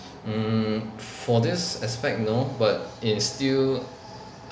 mm for this aspect no but it's still